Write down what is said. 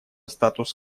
статус